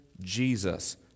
Jesus